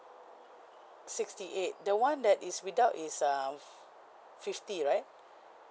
sixty eight the one that is without is uh fifty right